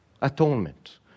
atonement